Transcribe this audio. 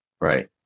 right